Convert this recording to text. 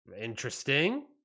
Interesting